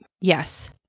Yes